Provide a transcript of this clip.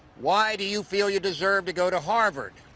why do you feel you deserve to go to harvard?